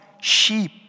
sheep